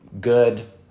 good